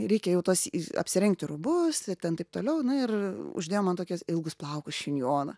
reikia jau tuos apsirengti rūbus ir ten taip toliau na ir uždėjo man tokias ilgus plaukus šinjoną